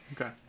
Okay